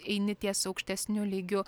eini ties aukštesniu lygiu